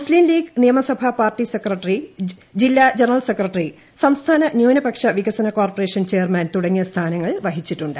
മുസ്ലീം ലീഗ് നിയമസഭാ party secretary ജില്ലാ general secretary സംസ്ഥാന ന്യൂനപക്ഷ വികസന കോർപറേഷൻ ചെയർമാൻ തുടങ്ങിയ സ്ഥാനങ്ങൾ വഹിച്ചിട്ടുണ്ട്